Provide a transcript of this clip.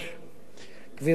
גברתי היושבת-ראש,